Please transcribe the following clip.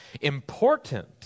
important